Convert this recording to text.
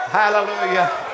hallelujah